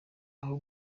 aho